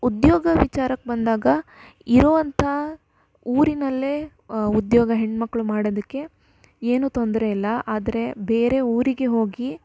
ಉದ್ಯೋಗ ವಿಚಾರಕ್ಕೆ ಬಂದಾಗ ಇರೋವಂಥ ಊರಿನಲ್ಲೇ ಉದ್ಯೋಗ ಹೆಣ್ಣುಕ್ಳು ಮಾಡೋದಕ್ಕೆ ಏನೂ ತೊಂದರೆ ಇಲ್ಲ ಆದರೆ ಬೇರೆ ಊರಿಗೆ ಹೋಗಿ